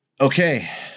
Okay